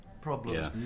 problems